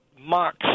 mocks